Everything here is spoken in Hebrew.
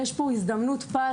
יש פה הזדמנות פז,